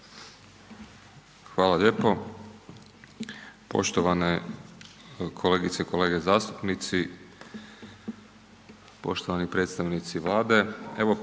Hvala lijepo. Poštovane kolegice i kolege zastupnici, poštovani predstavnici Vlade. Evo